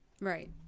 Right